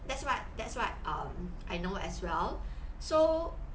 that's what that's what um I know as well so